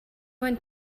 went